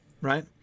right